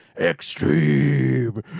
Extreme